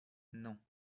non